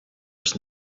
was